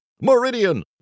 Meridian